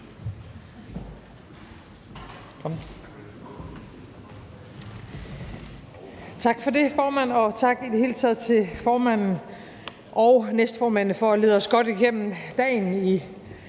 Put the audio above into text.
Tak for det, formand, og tak i det hele taget til formanden og næstformændene for at lede os godt igennem dagen i